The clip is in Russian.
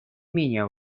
менее